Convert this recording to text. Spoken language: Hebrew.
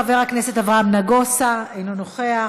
חבר הכנסת אברהם נגוסה, אינו נוכח,